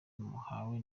muhawe